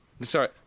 Sorry